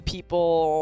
people